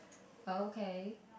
okay